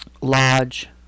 Lodge